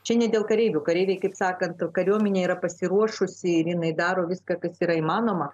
čia ne dėl kareivių kareiviai kaip sakant kariuomenė yra pasiruošusi ir jinai daro viską kas yra įmanoma